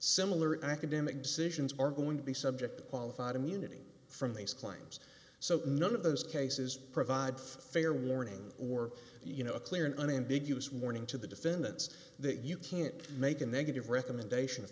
similar academic decisions are going to be subject to qualified immunity from these claims so none of those cases provide fair warning or you know a clear and unambiguous warning to the defendants that you can't make a negative recommendation